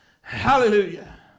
Hallelujah